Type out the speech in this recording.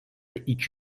iki